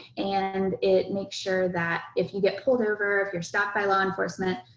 and it makes sure that if you get pulled over, if you're stopped by law enforcement,